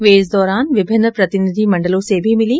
वे इस दौरान विभिन्न प्रतिनिधिमण्डलों से मी मिली